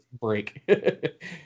break